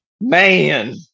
man